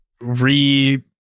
re